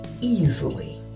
easily